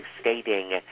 stating